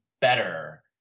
better